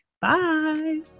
Bye